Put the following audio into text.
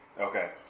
Okay